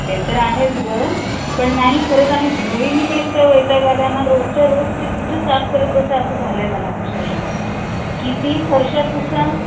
ते तर आहेच गं पण नाही खरंच आणि धूळीने पण इतका वैताग आला आहे ना रोजच्या रोज ते कुठं साफ करत बसा असं झालं आहे मला अक्षरशः किती फरशा पूसा